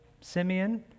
Simeon